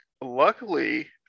luckily